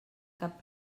cap